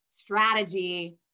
strategy